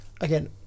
again